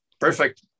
perfect